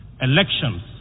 Elections